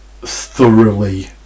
thoroughly